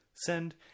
Send